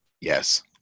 Yes